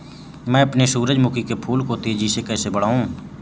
मैं अपने सूरजमुखी के फूल को तेजी से कैसे बढाऊं?